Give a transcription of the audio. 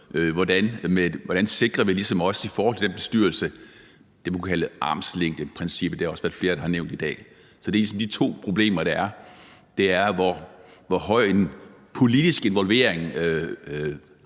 hvordan vi også i forhold til den bestyrelse sikrer det, man kunne kalde armslængdeprincippet. Det er der også flere der har nævnt i dag. Der er ligesom de to spørgsmål, nemlig hvor stor politisk involvering